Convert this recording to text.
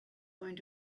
going